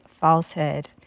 falsehood